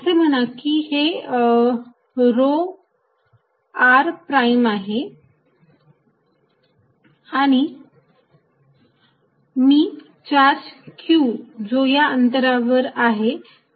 असे म्हणा की हे रो r प्राईम आहे आणि मी चार्ज q जो या अंतरावर आहे त्याच्यावरील बल मोजत आहे